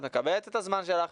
את מקבלת את הזמן שלך,